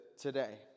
today